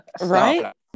right